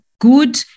good